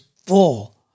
full